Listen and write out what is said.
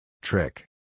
Trick